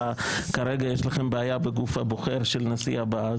שכרגע יש לכם בעיות בגוף הבוחר של הנשיא הבא.